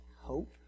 hope